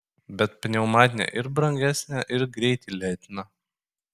bet pneumatinė ir brangesnė ir greitį lėtina